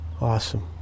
Awesome